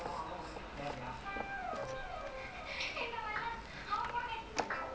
ya lah I mean he quite decent lah I think he now in N_S second year I think I mean ya second starting second year I think